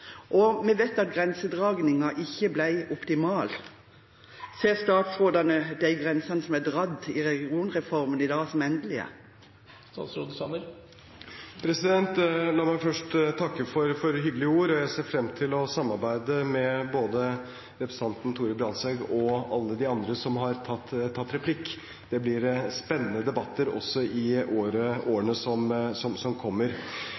og vi vet at grensedragningen ikke ble optimal. Ser statsråden de grensene som er dratt i regionreformen i dag, som endelige? La meg først takke for hyggelige ord. Jeg ser frem til å samarbeide med både representanten Torhild Bransdal og alle de andre som har tatt replikk. Det blir spennende debatter også i årene som kommer.